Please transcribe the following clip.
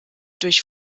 durch